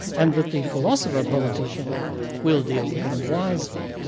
and that the philosopher politician will deal with them wisely.